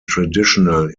traditional